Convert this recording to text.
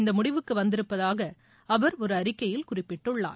இந்த முடிவுக்கு வந்திருப்பதாக அவர் ஒரு அறிக்கையில் குறிப்பிட்டுள்ளார்